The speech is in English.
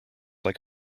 like